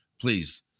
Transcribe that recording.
Please